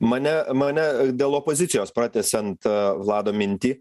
mane mane dėl opozicijos pratęsiant vlado mintį